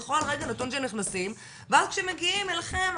בכל רגע נתון שהם נכנסים ועד שמגיעים אליכם,